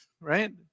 right